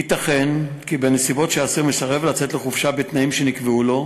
ייתכן כי בנסיבות שהאסיר מסרב לצאת לחופשה בתנאים שנקבעו לו,